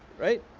right?